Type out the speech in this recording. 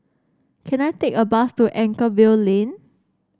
can I take a bus to Anchorvale Lane